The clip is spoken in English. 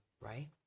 right